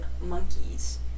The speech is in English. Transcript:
monkeys